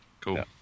Cool